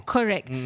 Correct